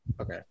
Okay